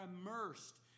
immersed